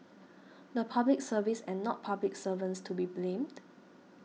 the Public Service and not public servants to be blamed